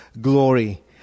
glory